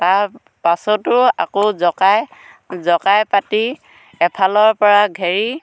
তাৰ পাছতো আকৌ জকাই জকাই পাতি এফালৰ পৰা ঘেৰি